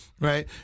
Right